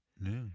No